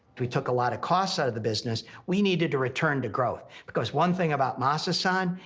we took a lot of costs out of the business, we needed to return to growth, because one thing about masa son,